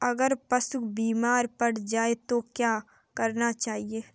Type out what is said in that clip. अगर पशु बीमार पड़ जाय तो क्या करना चाहिए?